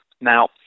Now